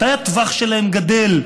מתי הטווח שלהם גדל?